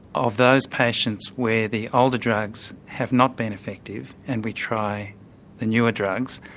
of those patients where the older drugs have not been effective and we try the newer drugs,